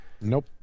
Nope